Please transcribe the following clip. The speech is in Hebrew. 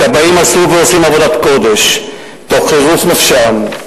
הכבאים עשו ועושים עבודת קודש, תוך חירוף נפשם,